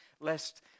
lest